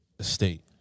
state